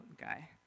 guy